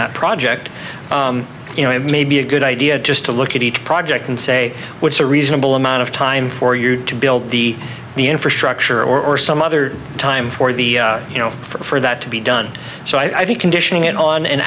that project you know it may be a good idea just to look at each project and say what's a reasonable amount of time for you to build the infrastructure or some other time for the you know for that to be done so i think conditioning it on an